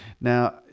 Now